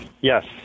Yes